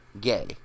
gay